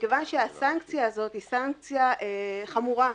מכיוון שהסנקציה הזאת חמורה,